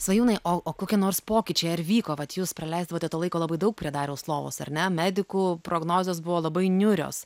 svajūnai o o kokie nors pokyčiai ar vyko vat jūs praleisdavote to laiko labai daug prie dariaus lovos ar ne medikų prognozės buvo labai niūrios